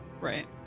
Right